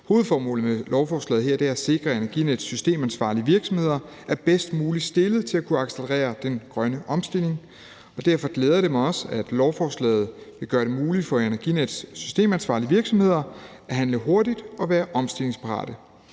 Hovedformålet med lovforslaget her er at sikre, at Energinets systemansvarlige virksomheder er bedst muligt stillet til at kunne accelerere den grønne omstilling, og derfor glæder det mig også, at lovforslaget vil gøre det muligt for Energinets systemansvarlige virksomheder at handle hurtigt og være omstillingsparate